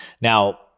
Now